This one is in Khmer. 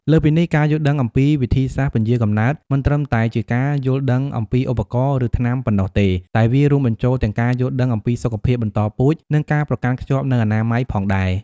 លើសពីនេះ ការយល់ដឹងអំពីវិធីសាស្ត្រពន្យារកំណើត មិនត្រឹមតែជាការយល់ដឹងអំពីឧបករណ៍ ឬថ្នាំប៉ុណ្ណោះទេ តែវារួមបញ្ចូលទាំងការយល់ដឹងអំពីសុខភាពបន្តពូជ និងការប្រកាន់ខ្ជាប់នូវអនាម័យផងដែរ។